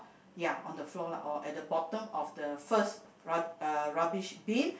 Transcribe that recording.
ya on the floor lah or at the bottom of the first rub~ uh rubbish bin